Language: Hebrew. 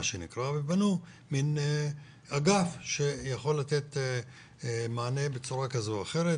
ובנה מן אגף שיכול לתת מענה בצורה כזו או אחרת,